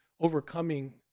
overcoming